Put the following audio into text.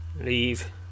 Leave